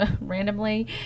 randomly